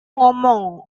ngomong